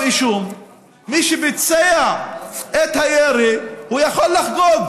אישום מי שביצע את הירי יכול לחגוג.